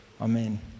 Amen